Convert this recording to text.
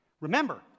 Remember